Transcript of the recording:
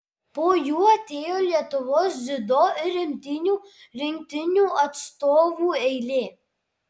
po jų atėjo lietuvos dziudo ir imtynių rinktinių atstovų eilė